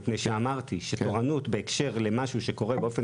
מפני שאמרתי שתורנות של משהו שקורה באופן